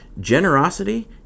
Generosity